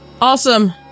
Awesome